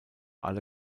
alle